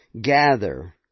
gather